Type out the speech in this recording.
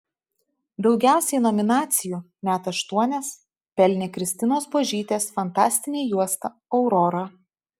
daugiausiai nominacijų net aštuonias pelnė kristinos buožytės fantastinė juosta aurora